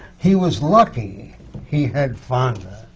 he was lucky he had fonda,